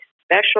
special